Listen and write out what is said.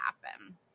happen